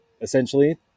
essentially